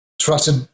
trusted